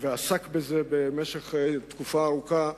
ועסק בזה במשך תקופה ארוכה,